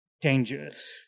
dangerous